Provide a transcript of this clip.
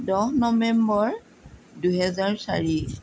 দহ নৱেম্বৰ দুহেজাৰ চাৰি